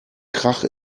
krach